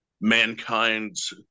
mankind's